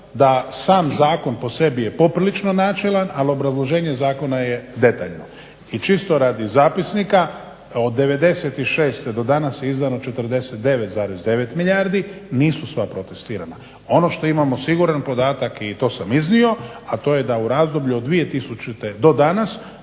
da sam zakon po sebi je poprilično načelan, ali obrazloženje zakona je detaljno. I čisto radi zapisnika od '96. do danas je izdano 49,9 milijardi, nisu sva protestirana. Ono što imamo siguran podatak i to sam iznio, a to je da u razdoblju od 2000. do danas